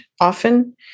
often